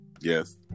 Yes